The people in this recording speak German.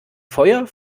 feuer